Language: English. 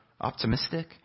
optimistic